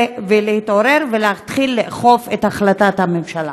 ולהתעורר ולהתחיל לאכוף את החלטת הממשלה.